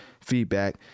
feedback